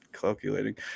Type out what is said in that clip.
calculating